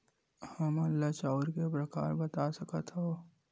हमन ला चांउर के प्रकार बता सकत हव?